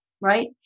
Right